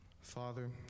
Father